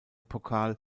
pokal